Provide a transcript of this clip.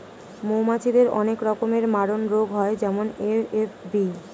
মৌমাছিদের অনেক রকমের মারণরোগ হয় যেমন এ.এফ.বি